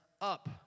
up